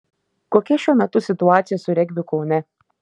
kokia šiuo metu situacija su regbiu kaune